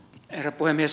herra puhemies